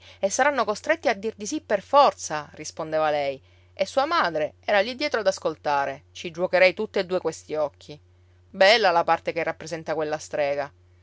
e saranno costretti a dir di sì per forza rispondeva lei e sua madre era lì dietro ad ascoltare ci giuocherei tutt'e due questi occhi bella la parte che rappresenta quella strega